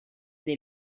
dei